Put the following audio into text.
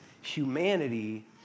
humanity